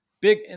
big